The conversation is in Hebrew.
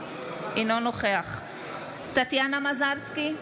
אינו נוכח טטיאנה מזרסקי,